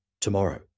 Tomorrow